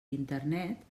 internet